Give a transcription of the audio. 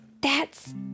That's